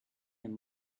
him